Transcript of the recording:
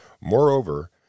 Moreover